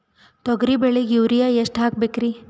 ತೊಗರಿ ಬೆಳಿಗ ಯೂರಿಯಎಷ್ಟು ಹಾಕಬೇಕರಿ?